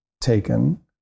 taken